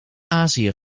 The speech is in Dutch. azië